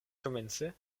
komence